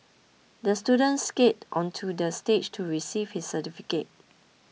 the student skated onto the stage to receive his certificate